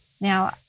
Now